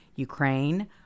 Ukraine